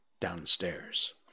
downstairs